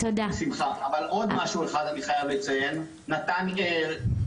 אבל אני חייב לציין עוד דבר אחד,